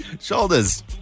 Shoulders